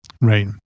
right